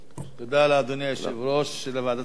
תודה לאדוני יושב-ראש ועדת הכלכלה.